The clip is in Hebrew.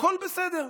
הכול בסדר.